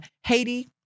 Haiti